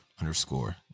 underscore